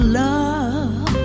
love